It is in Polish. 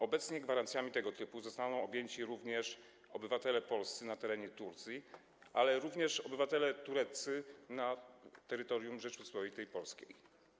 Obecnie gwarancjami tego typu zostaną objęci również obywatele polscy na terenie Turcji, ale również obywatele tureccy na terytorium Rzeczypospolitej Polskiej.